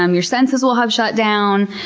um your senses will have shut down.